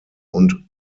und